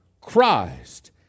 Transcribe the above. Christ